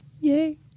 Yay